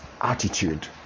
attitude